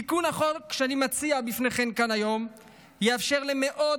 תיקון החוק שאני מציע בפניכם כאן היום יאפשר למאות